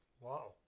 Wow